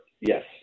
yes